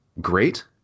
great